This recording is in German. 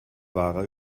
wahrer